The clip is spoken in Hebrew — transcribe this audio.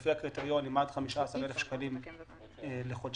לפי הקריטריונים עד 15,000 שקלים לחודשיים.